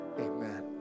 Amen